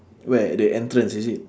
where at the entrance is it